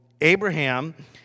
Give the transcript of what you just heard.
Abraham